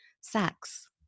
sex